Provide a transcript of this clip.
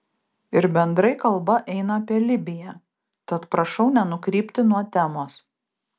ir bendrai kalba eina apie libiją tad prašau nenukrypti nuo temos